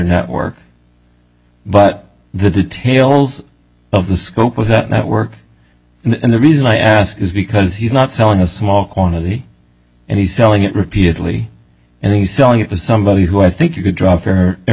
network but the details of the scope of that network and the reason i ask is because he's not selling a small quantity and he selling it repeatedly and he selling it to somebody who i think you can draw f